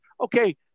Okay